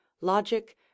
logic